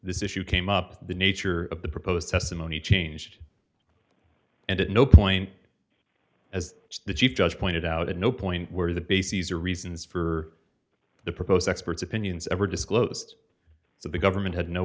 this issue came up the nature of the proposed testimony changed and at no point as the chief judge pointed out at no point where the bases or reasons for the proposed experts opinions ever disclosed so the government had no